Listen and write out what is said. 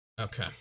Okay